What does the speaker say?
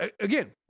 again